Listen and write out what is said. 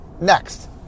Next